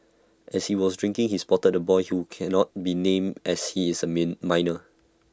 as he was drinking he spotted the boy who cannot be named as he is A mean minor